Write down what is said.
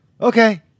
okay